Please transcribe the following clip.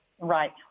Right